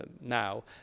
now